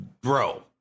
Bro